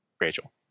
Rachel